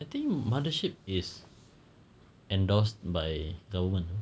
I think mothership is endorsed by government